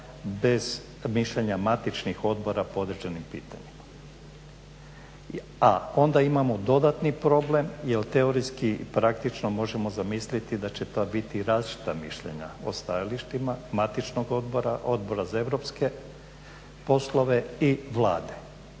bez mišljenja matičnih odbora po određenim pitanjima. A onda imamo dodatni problem jer teorijski i praktično možemo zamisliti da će to biti različita mišljenja o stajalištima, matičnog odbora, Odbora za europske poslove i Vlade